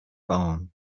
barn